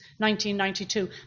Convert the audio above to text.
1992